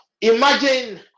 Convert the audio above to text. imagine